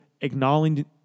acknowledging